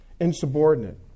insubordinate